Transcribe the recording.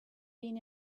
been